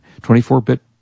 24-bit